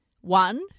One